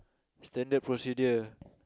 standard procedure